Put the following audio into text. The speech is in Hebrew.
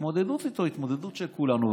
ההתמודדות איתו היא התמודדות של כולנו,